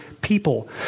people